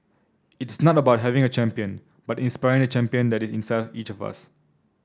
it's not about having a champion but inspiring the champion that is inside each of us